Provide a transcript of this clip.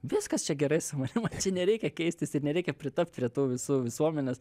viskas čia gerai su manim man čia nereikia keistis ir nereikia pritapt prie tų visų visuomenės